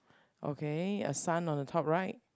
okay a sun on the top right